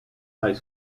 high